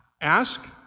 ask